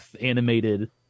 animated